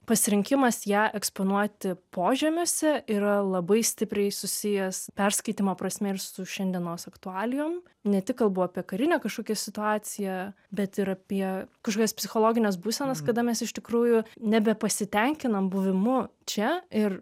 pasirinkimas ją eksponuoti požemiuose yra labai stipriai susijęs perskaitymo prasme ir su šiandienos aktualijom ne tik kalbu apie karinę kažkokią situaciją bet ir apie kokias psichologines būsenas kada mes iš tikrųjų nebepasitenkinam buvimu čia ir